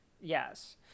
Yes